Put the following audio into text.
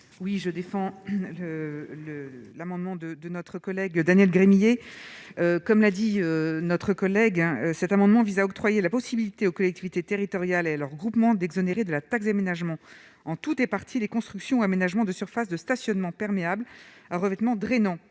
Oui, je défends le l'amendement de notre collègue Daniel Gremillet, comme l'a dit non. Collègue hein, cet amendement vise à octroyer la possibilité aux collectivités territoriales et leurs groupements d'exonérer de la taxe d'aménagement en tout est parti, les constructions Aménagement de surfaces de stationnement perméable, un revêtement drainant